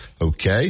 okay